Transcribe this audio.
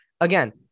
Again